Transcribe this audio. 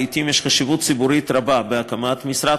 לעתים יש חשיבות ציבורית רבה בהקמת משרד